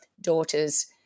daughters